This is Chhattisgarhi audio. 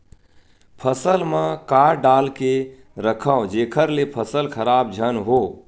फसल म का डाल के रखव जेखर से फसल खराब झन हो?